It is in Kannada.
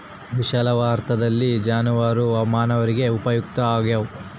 ವಿಶಾಲಾರ್ಥದಲ್ಲಿ ಜಾನುವಾರು ಮಾನವರಿಗೆ ಉಪಯುಕ್ತ ಆಗ್ತಾವ